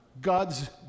God's